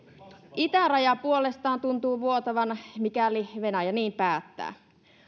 itäraja puolestaan tuntuu vuotavan mikäli venäjä niin päättää